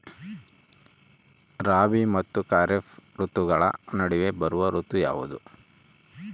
ರಾಬಿ ಮತ್ತು ಖಾರೇಫ್ ಋತುಗಳ ನಡುವೆ ಬರುವ ಋತು ಯಾವುದು?